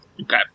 Okay